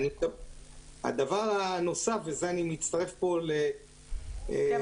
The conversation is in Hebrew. דבר נוסף ופה אני מצטרף -- אורי,